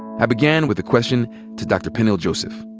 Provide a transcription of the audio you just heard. i began with the question to dr. peniel joseph.